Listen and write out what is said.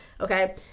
Okay